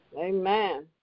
amen